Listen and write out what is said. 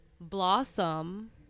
blossom